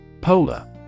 Polar